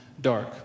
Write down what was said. dark